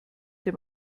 dem